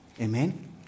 Amen